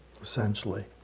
essentially